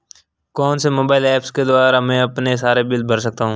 कौनसे mobile apps के द्वारा मैं अपने सारे बिल भर सकता हूं?